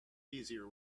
easier